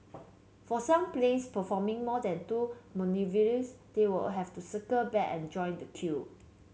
for some planes performing more than two manoeuvres they will have to circle back and join the queue